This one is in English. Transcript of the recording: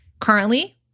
currently